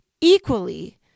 equally